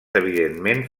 evidentment